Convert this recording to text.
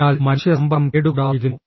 അതിനാൽ മനുഷ്യ സമ്പർക്കം കേടുകൂടാതെയിരുന്നു